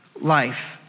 life